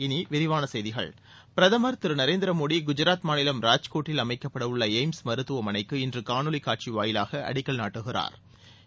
இனி விரிவான செய்திகள் பிரதம் திரு நரேந்திர மோடி குஜராத் மாநிலம் ராஜ்கோட்டில் அமைக்கப்படவுள்ள எய்ம்ஸ் மருத்துவமனைக்கு இன்று காணொலி காட்சி வாயிலாக அடிக்கல் நாட்டுகிறாா்